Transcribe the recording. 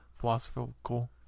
philosophical